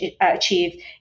achieve